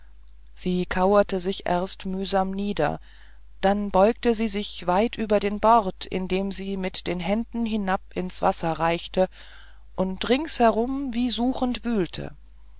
sie kauerte sich erst mühsam nieder dann beugte sie sich weit über den bord indem sie mit den händen hinab ins wasser reichte und ringsherum wie suchend wühlte